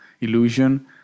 illusion